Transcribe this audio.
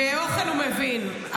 באוכל הוא מבין.